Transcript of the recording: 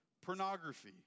pornography